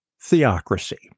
theocracy